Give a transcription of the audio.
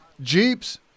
Jeeps